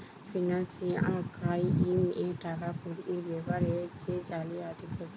financial ক্রাইমে টাকা কুড়ির বেপারে যে জালিয়াতি করতিছে